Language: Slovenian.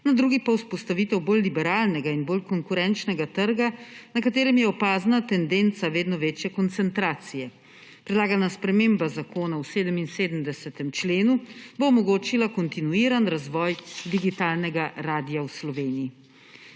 na drugi pa vzpostavitev bolj liberalnega in bolj konkurenčnega trga, na katerem je opazna tendenca vedno večje koncentracije. Predlagana sprememba zakona v 77. členu bo omogočila kontinuiran razvoj digitalnega radia v Sloveniji.